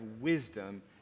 wisdom